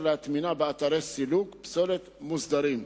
להטמינה באתרי סילוק פסולת מוסדרים.